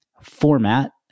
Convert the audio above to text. format